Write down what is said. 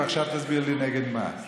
עכשיו תסביר לי נגד מה.